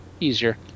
easier